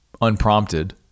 unprompted